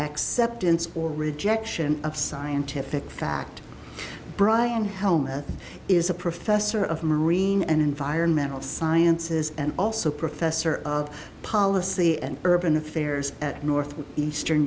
acceptance or rejection of scientific fact brian helm is a professor of marine and environmental sciences and also professor of policy and urban affairs at north eastern